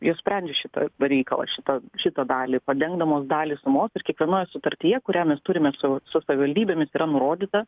jau sprendžia šitą reikalą šitą šitą dalį padengdamos dalį sumos ir kiekvienoje sutartyje kurią mes turime su savivaldybėmis yra nurodyta